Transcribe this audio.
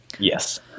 yes